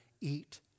eat